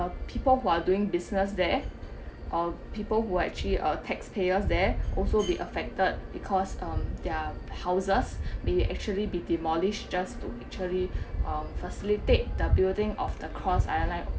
uh people who are doing business there uh people who actually taxpayers there also be affected because um their houses may actually be demolished just to actually um facilitate the building of the cross island line